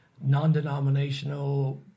non-denominational